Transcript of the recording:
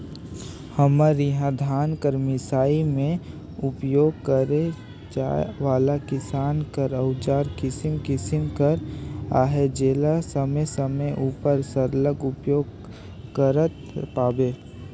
हमर इहा धान कर मिसई मे उपियोग करे जाए वाला किसानी कर अउजार किसिम किसिम कर अहे जेला समे समे उपर सरलग उपियोग करत पाबे